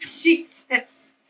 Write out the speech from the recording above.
Jesus